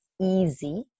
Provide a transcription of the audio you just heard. easy